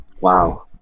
Wow